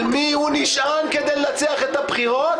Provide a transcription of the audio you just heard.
על מי הוא נשען כדי לנצח את הבחירות.